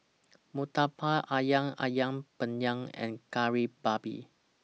Murtabak Ayam Ayam Penyet and Kari Babi